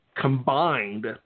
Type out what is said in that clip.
combined